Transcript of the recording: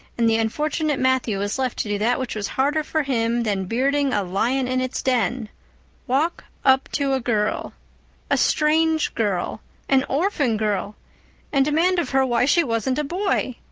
and the unfortunate matthew was left to do that which was harder for him than bearding a lion in its den walk up to a girl a strange girl an orphan girl and demand of her why she wasn't a boy.